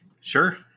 Sure